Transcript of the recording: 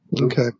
Okay